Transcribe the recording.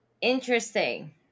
Interesting